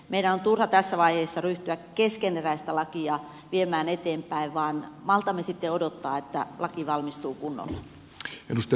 meidän on turha tässä vaiheessa ryhtyä keskeneräistä lakia viemään eteenpäin vaan maltamme sitten odottaa että laki valmistuu kunnolla